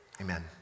Amen